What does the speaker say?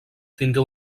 tingué